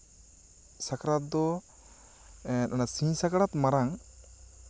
ᱥᱟᱠᱨᱟᱛ ᱫᱚ ᱥᱤᱧ ᱥᱟᱠᱨᱟᱛ ᱢᱟᱲᱟᱝ